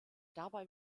dabei